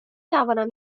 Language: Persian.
توانم